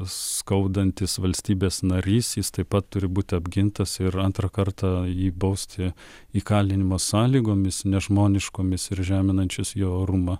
skaudantis valstybės narys jis taip pat turi būti apgintas ir antrą kartą jį bausti įkalinimo sąlygomis nežmoniškomis ir žeminančius jo orumą